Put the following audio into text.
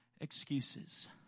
excuses